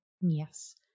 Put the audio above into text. Yes